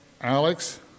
Alex